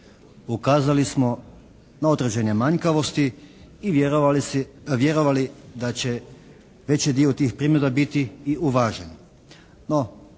Ukazali smo na određene manjkavosti i vjerovali da će veći dio tih primjedaba biti i uvažen.